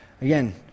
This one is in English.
Again